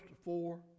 four